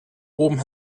oben